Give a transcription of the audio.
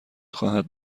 خواهد